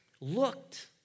looked